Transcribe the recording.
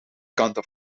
kanten